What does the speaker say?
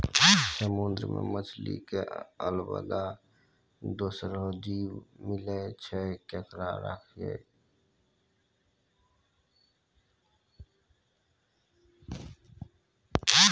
समुंदर मे मछली के अलावा दोसरो जीव मिलै छै जेकरा खयलो जाय छै